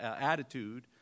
attitude